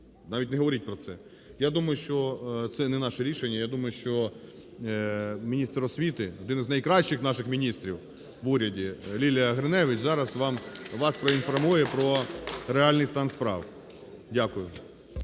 Навіть не говоріть про це. Я думаю, що це не наше рішення. Я думаю, що міністр освіти, один із найкращих наших міністрів в уряді, Лілія Гриневич, зараз вас проінформує про реальний стан справ. Дякую.